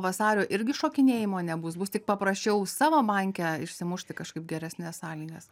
vasario irgi šokinėjimo nebus bus tik paprasčiau savo banke išsimušti kažkaip geresnes sąlygas